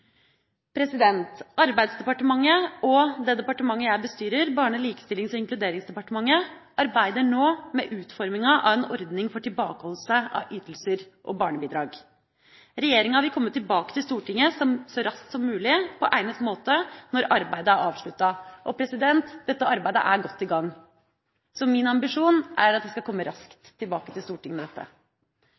Arbeidsdepartementet og det departementet jeg bestyrer, Barne-, likestillings- og inkluderingsdepartementet, arbeider nå med utforminga av en ordning for tilbakeholdelse av ytelser og barnebidrag. Regjeringa vil komme tilbake til Stortinget så raskt som mulig på egnet måte når arbeidet er avsluttet, og dette arbeidet er godt i gang. Så min ambisjon er at vi skal komme raskt tilbake til Stortinget med dette.